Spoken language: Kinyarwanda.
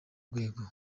rwego